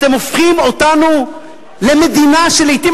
אתם הופכים אותנו למדינה שלעתים,